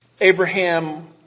Abraham